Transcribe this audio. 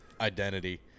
identity